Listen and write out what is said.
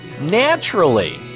naturally